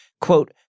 quote